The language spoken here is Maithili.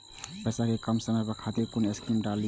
पैसा कै कम समय खातिर कुन स्कीम मैं डाली?